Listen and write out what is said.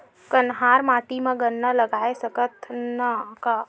कन्हार माटी म गन्ना लगय सकथ न का?